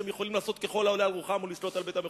שהם יכולים לעשות ככל העולה על רוחם או לשלוט על בית-המחוקקים.